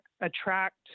attract